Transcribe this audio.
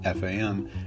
FAM